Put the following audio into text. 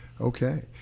Okay